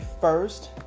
first